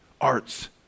Arts